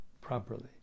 properly